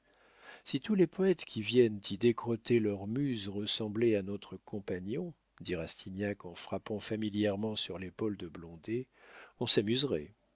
si tous les poètes qui viennent y décrotter leurs muses ressemblaient à notre compagnon dit rastignac en frappant familièrement sur l'épaule de blondet on s'amuserait